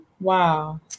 wow